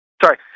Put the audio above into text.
Sorry